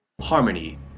Harmony